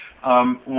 One